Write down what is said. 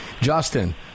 Justin